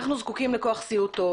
אנחנו זקוקים לכוח סיעוד טוב